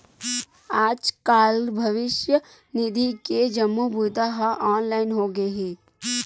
आजकाल भविस्य निधि के जम्मो बूता ह ऑनलाईन होगे हे